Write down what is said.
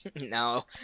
No